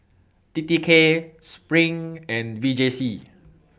T T K SPRING and V J C